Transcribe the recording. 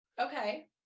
Okay